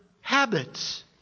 habits